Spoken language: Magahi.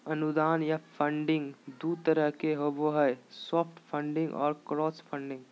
अनुदान या फंडिंग दू तरह के होबो हय सॉफ्ट फंडिंग आर क्राउड फंडिंग